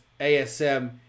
ASM